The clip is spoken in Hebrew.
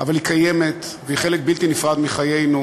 אבל היא קיימת, והיא חלק בלתי נפרד מחיינו,